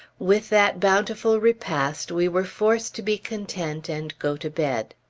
with that bountiful repast we were forced to be content and go to bed.